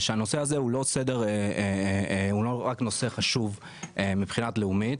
שהנושא הזה הוא לא רק נושא חשוב מבחינה לאומית,